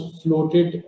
floated